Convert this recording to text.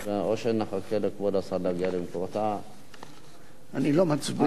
או שנחכה לכבוד השר שיגיע, אני לא מצביע.